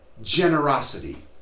generosity